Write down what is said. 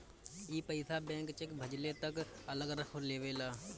ई पइसा bank cheque भजले तक अलग रख लेवेला